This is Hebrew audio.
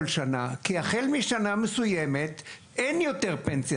שנה משום שהחל משנה מסוימת אין יותר פנסיה